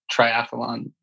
triathlon